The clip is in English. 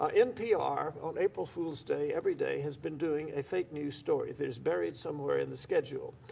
um npr, on april fools day, every day has been doing a fake news story. there's buried somewhere in the schedule.